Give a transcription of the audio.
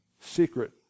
Secret